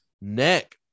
neck